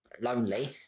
lonely